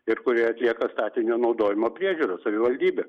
ir kurie atlieka statinio naudojimo priežiūrą savivaldybė